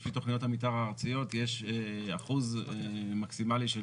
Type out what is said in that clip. אבל עלתה טענה שלפי תכניות המתאר הארציות יש אחוז מקסימלי של